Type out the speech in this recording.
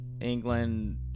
England